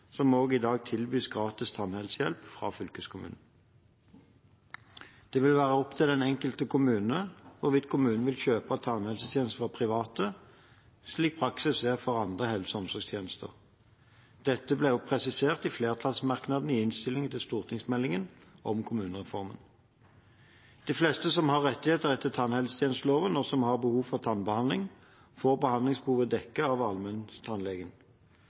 som også i dag tilbys gratis tannhelsehjelp fra fylkeskommunen. Det vil være opp til den enkelte kommune hvorvidt kommunen vil kjøpe tannhelsetjenester fra private, slik praksis er for andre helse- og omsorgstjenester. Dette ble presisert i flertallsmerknadene i innstillingen til stortingsmeldingen om kommunereformen. De fleste som har rettigheter etter tannhelsetjenesteloven, og som har behov for tannbehandling, får behandlingsbehovet dekket av allmenntannlegen.